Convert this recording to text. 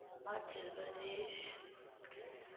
Himachal Pradesh